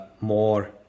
more